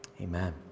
amen